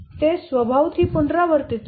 તે સ્વભાવ થી પુનરાવર્તિત છે